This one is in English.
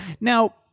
Now